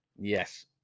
Yes